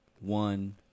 one